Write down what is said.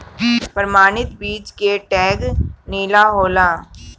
प्रमाणित बीज के टैग नीला होला